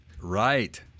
Right